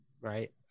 right